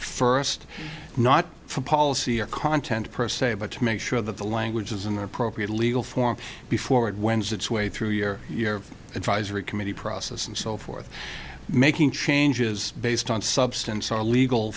first not for policy or content per se but to make sure that the language is an appropriate legal form before it when's its way through your advisory committee process and so forth making changes based on substance or legal